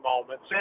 moments